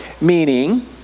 Meaning